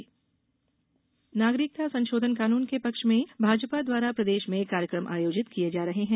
नागरिकता नागरिकता संशोधन कानून के पक्ष में भाजपा द्वारा प्रदेश में कार्यकम आयोजित किये जा रहे हैं